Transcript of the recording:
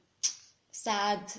sad